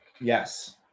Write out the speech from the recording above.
Yes